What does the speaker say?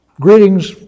greetings